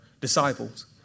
disciples